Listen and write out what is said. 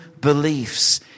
beliefs